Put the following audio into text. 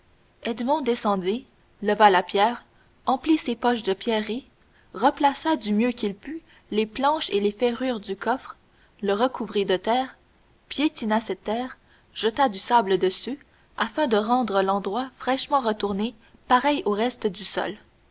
descendit leva la pierre emplit ses poches de pierreries replaça du mieux qu'il put les planches et les ferrures du coffre le recouvrit de terre piétina cette terre jeta du sable dessus afin de rendre l'endroit fraîchement retourné pareil au reste du sol